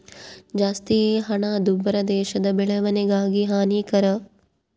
ಜಾಸ್ತಿ ಹಣದುಬ್ಬರ ದೇಶದ ಬೆಳವಣಿಗೆಗೆ ಹಾನಿಕರ